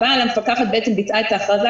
אבל המפקחת בעצם ביצעה את ההכרזה,